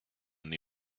and